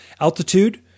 altitude